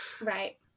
Right